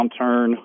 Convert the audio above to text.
downturn